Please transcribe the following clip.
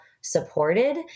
supported